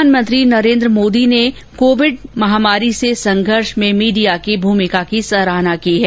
प्रधानमंत्री नरेन्द्र मोदी ने कोविड महामारी से संघर्ष में मीडिया की भूमिका की सराहना की है